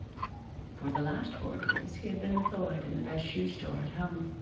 for the last four years he had been employed in the best shoe store at home,